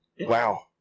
Wow